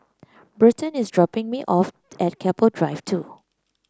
Burton is dropping me off at Keppel Drive Two